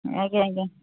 ଆଜ୍ଞା ଆଜ୍ଞା